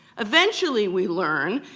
eventually, we learn,